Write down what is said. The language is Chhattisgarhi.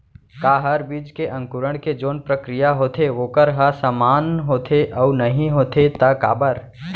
का हर बीज के अंकुरण के जोन प्रक्रिया होथे वोकर ह समान होथे, अऊ नहीं होथे ता काबर?